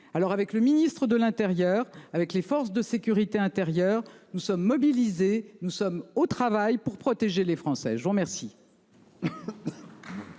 Alors avec le ministre de l'Intérieur avec les forces de sécurité intérieure. Nous sommes mobilisés. Nous sommes au travail pour protéger les Français. Je vous remercie.